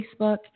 Facebook